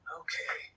okay